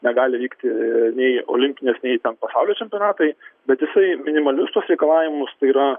negali vykti nei olimpinės nei ten pasaulio čempionatai bet jisai minimalius tuos reikalavimus tai yra